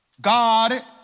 God